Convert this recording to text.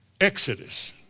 Exodus